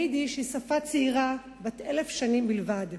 היידיש היא שפה צעירה, בת אלף שנים בלבד.